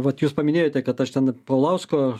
vat jūs paminėjote kad aš ten paulausko